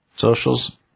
Socials